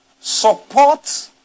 support